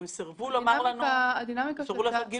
אבל הם סרבו לעשות גילוי.